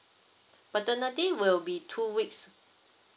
paternity will be two weeks